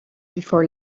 before